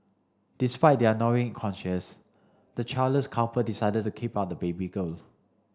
despite their gnawing conscience the childless couple decide to keep on the baby girl